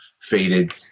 faded